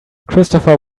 christopher